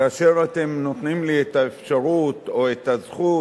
כאשר אתם נותנים לי את האפשרות או את הזכות,